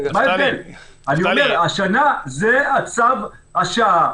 השנה זה צו השעה.